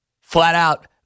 flat-out